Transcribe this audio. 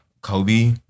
kobe